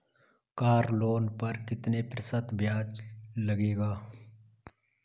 Car loan पर कितने प्रतिशत ब्याज लगेगा?